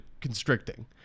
constricting